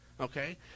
okay